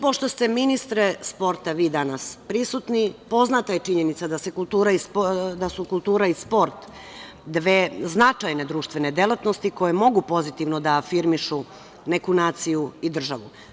Pošto ste, ministre sporta, vi danas prisutni, poznata je činjenica da su kultura i sport dve značajne društvene delatnosti koje mogu pozitivno da afirmišu neku naciju i državu.